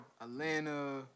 Atlanta